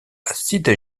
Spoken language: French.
acide